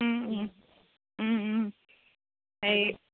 এই